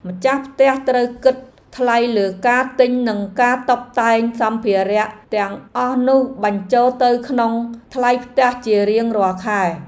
ម្ចាស់ផ្ទះត្រូវគិតថ្លៃលើការទិញនិងការតុបតែងសម្ភារៈទាំងអស់នោះបញ្ចូលទៅក្នុងថ្លៃផ្ទះជារៀងរាល់ខែ។